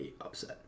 upset